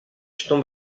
estão